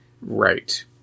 Right